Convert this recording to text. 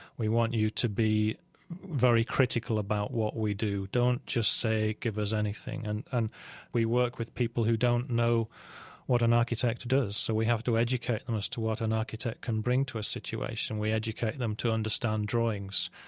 we want you to be very critical about what we do. don't just say give us anything and we work with people who don't know what an architect does, so we have to educate them as to what an architect can bring to a situation. we educate them to understand drawings,